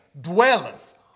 dwelleth